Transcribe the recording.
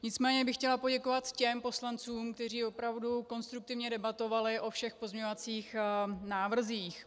Nicméně bych chtěla poděkovat těm poslancům, kteří opravdu konstruktivně debatovali o všech pozměňovacích návrzích.